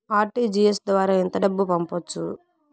RTGS ద్వారా ఎంత డబ్బు పంపొచ్చు?